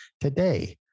today